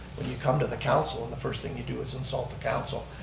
when you come to the council and the first thing you do is insult the council.